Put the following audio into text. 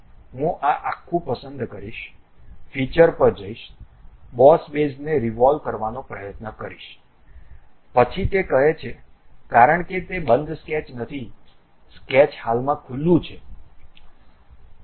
હું આ આખું પસંદ કરીશ ફીચર પર જઈશ બોસ બેઝને રીવોલ્વ કરવાનો પ્રયત્ન કરો પછી તે કહે છે કારણ કે તે બંધ સ્કેચ નથી સ્કેચ હાલમાં ખુલ્લું છે